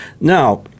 Now